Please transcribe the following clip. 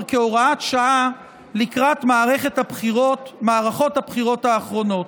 כהוראת שעה לקראת מערכות הבחירות האחרונות.